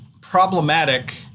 problematic